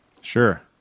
Sure